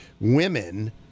women